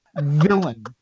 villain